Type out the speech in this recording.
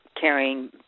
carrying